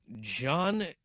John